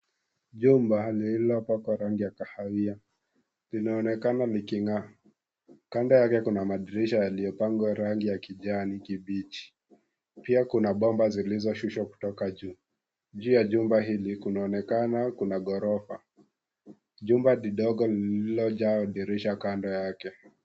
Jumba lililopakwa rangi ya kahawia linaonekana liking'aa. Kando yake kuna madirisha yaliyopakwa rangi ya kijani kimbichi. Pia kuna mbomba zilizoshushwa kutoka juu. Juu ya jumba hili kunaonekana kuna ghorofa. Jumba lidongo lililojaa madirisha kando yake.